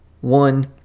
one